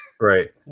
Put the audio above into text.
Right